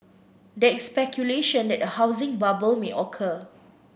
there is speculation that a housing bubble may occur